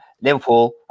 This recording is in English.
Liverpool